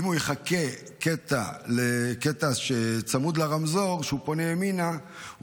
אם הוא יחכה לקטע שצמוד לרמזור כשהוא פונה ימינה,